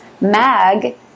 Mag